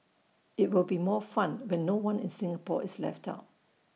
IT will be more fun when no one in Singapore is left out